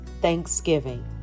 Thanksgiving